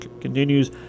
continues